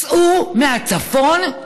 צאו מהצפון?